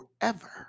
forever